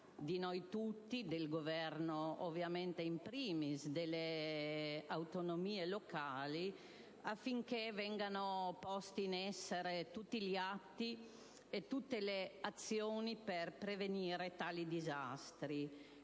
di noi tutti, del Governo *in primis* e delle autonomie locali, affinché vengano posti in essere tutti gli atti e tutte le azioni per prevenire tali disastri,